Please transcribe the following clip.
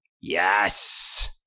Yes